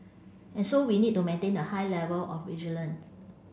and so we need to maintain a high level of vigilant